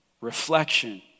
reflection